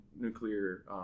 nuclear